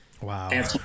wow